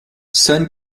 sun